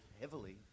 heavily